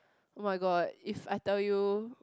oh-my-god if I tell you